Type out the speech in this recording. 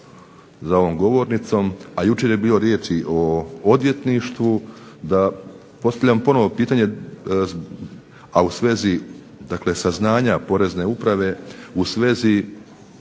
za ovom govornicom, a jučer je bilo riječi o odvjetništvu da postavljam ponovno pitanje, a u svezi dakle saznanja porezne uprave, u svezi